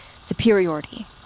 superiority